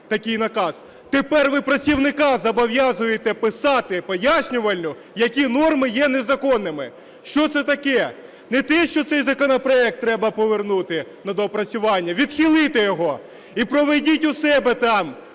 такий наказ, тепер ви працівника зобов'язуєте писати пояснювальну, які норми є незаконними. Що це таке? Не те, що цей законопроект треба повернути на доопрацювання – відхилити його. І проведіть у себе там,